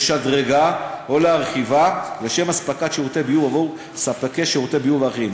לשדרגה או להרחיבה לשם אספקת שירותי ביוב עבור ספקי שירותי ביוב אחרים,